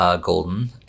Golden